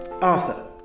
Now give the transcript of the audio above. Arthur